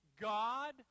God